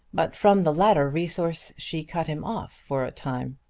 but from the latter resource she cut him off for a time.